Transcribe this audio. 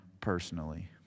personally